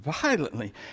violently